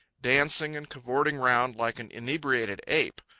dancing and cavorting round like an inebriated ape.